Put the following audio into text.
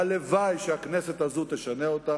הלוואי שהכנסת הזו תשנה אותה.